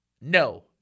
no